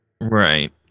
Right